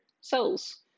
cells